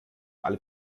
alle